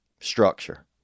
structure